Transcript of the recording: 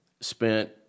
spent